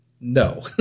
No